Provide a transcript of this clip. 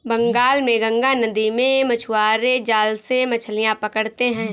बंगाल में गंगा नदी में मछुआरे जाल से मछलियां पकड़ते हैं